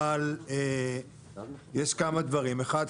אבל יש כמה דברים שארצה לומר.